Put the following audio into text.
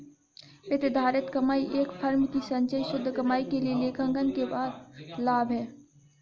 प्रतिधारित कमाई एक फर्म की संचयी शुद्ध कमाई के लिए लेखांकन के बाद लाभ है